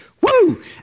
woo